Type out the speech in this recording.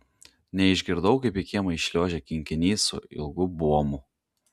neišgirdau kaip į kiemą įšliuožė kinkinys su ilgu buomu